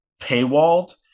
paywalled